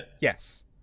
Yes